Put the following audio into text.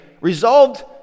resolved